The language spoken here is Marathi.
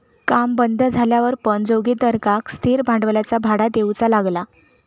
काम बंद झाल्यावर पण जोगिंदरका स्थिर भांडवलाचा भाडा देऊचा लागला